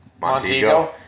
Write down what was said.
Montego